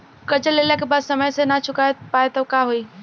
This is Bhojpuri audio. कर्जा लेला के बाद समय से ना चुका पाएम त का होई?